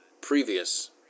previous